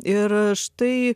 ir štai